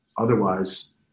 otherwise